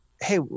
hey